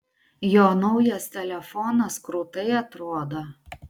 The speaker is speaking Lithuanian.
jo naujas telefonas krūtai atrodo